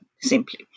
simply